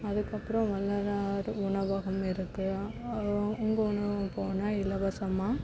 அதுக்கப்புறம் வள்ளலார் உணவகம் இருக்குது உ உங்கள் உணவு போனால் இலவசமாக